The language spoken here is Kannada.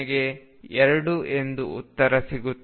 ಕೊನೆಗೆ 2 ಎಂದು ಉತ್ತರ ಸಿಗುತ್ತದೆ